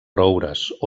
roures